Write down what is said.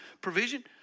provision